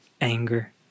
anger